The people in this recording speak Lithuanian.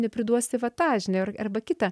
nepriduosi va tą žinai ar arba kitą